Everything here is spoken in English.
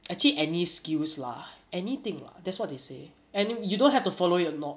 actually any skills lah anything lah that's what they say and you don't have to follow it a lot